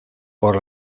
por